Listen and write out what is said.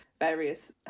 various